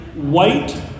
white